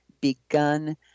begun